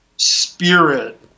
spirit